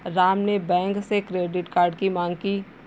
राम ने बैंक से credit card की माँग की